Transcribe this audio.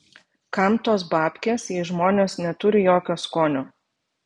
kam tos babkės jei žmonės neturi jokio skonio